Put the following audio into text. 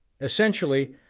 Essentially